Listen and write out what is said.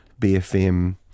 BFM